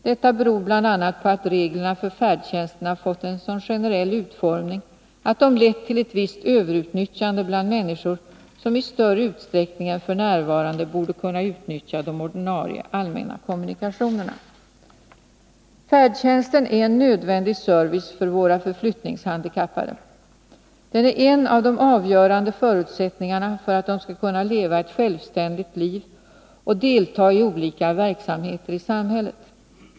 Detta beror bl.a. på att reglerna för färdtjänsten har fått en så generell utformning att de lett till ett visst överutnyttjande bland människor som i större utsträckning än f.n. borde kunna utnyttja de ordinarie allmänna kommunikationerna. Färdtjänsten är en nödvändig service för svårt förflyttningshandikappade. Den är en av de avgörande förutsättningarna för att de skall kunna leva ett självständigt liv och delta i olika verksamheter i samhället.